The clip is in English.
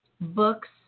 books